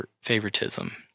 favoritism